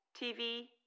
TV